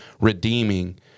redeeming